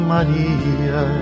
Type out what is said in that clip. Maria